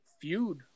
feud